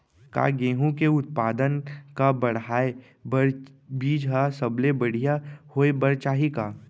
का गेहूँ के उत्पादन का बढ़ाये बर बीज ह सबले बढ़िया होय बर चाही का?